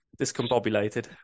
discombobulated